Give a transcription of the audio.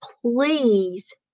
Please